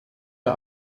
der